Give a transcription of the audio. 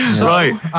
Right